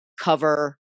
cover